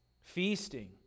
Feasting